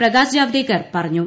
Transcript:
പ്രകാശ് ജാവ്ദേക്കർ പറഞ്ഞു